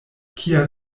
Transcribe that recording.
kia